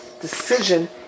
decision